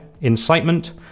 incitement